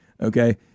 Okay